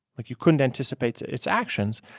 like you couldn't anticipate its actions,